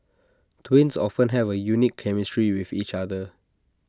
twins often have A unique chemistry with each other